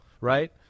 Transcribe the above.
right